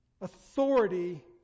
authority